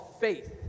Faith